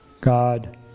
God